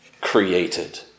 created